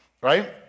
right